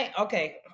Okay